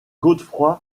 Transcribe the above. godefroy